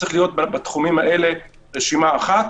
צריכה להיות רשימה אחת